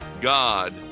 God